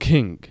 King